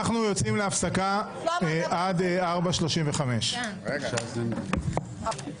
אנחנו יוצאים להפסקה עד 16:35. (הישיבה נפסקה בשעה